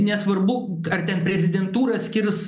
nesvarbu ar ten prezidentūra skirs